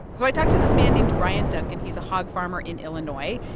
so i talked to this man named brian duncan. he's a hog farmer in illinois.